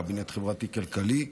קבינט חברתי-כלכלי,